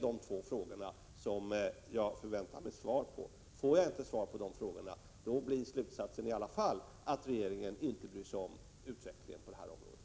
Dessa två frågor förväntar jag mig svar på. Får jag inte svar på dessa frågor blir slutsatsen i alla fall att regeringen inte bryr sig om utvecklingen på det här området.